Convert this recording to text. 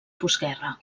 postguerra